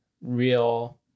real